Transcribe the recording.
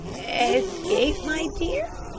escape, my dear?